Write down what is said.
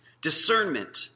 Discernment